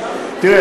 תראה,